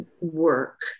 work